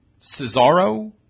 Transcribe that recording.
Cesaro